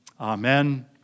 Amen